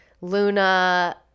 luna